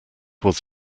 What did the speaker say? was